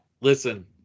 Listen